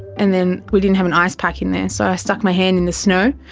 and then we didn't have an ice pack in there so i stuck my hand in the snow,